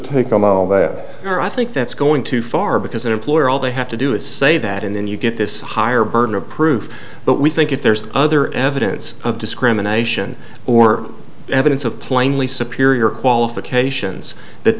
on all that or i think that's going too far because an employer all they have to do is say that and then you get this higher burden of proof but we think if there's other evidence of discrimination or evidence of plainly superior qualifications that